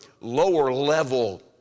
lower-level